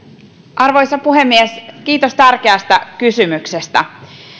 arvoisa puhemies kiitos tärkeästä kysymyksestä